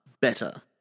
better